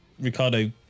Ricardo